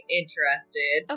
interested